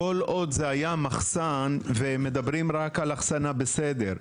כול עוד זה היה מחסן והם מדברים רק על אחסנה בסדר.